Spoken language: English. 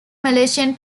malaysian